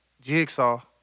Jigsaw